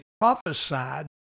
prophesied